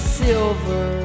silver